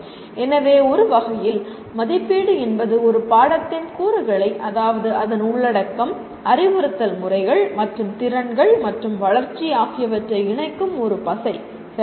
எனவே ஒரு வகையில் மதிப்பீடு என்பது ஒரு பாடத்தின் கூறுகளை அதாவது அதன் உள்ளடக்கம் அறிவுறுத்தல் முறைகள் மற்றும் திறன்கள் மற்றும் வளர்ச்சி ஆகியவற்றை இணைக்கும் ஒரு பசை சரியா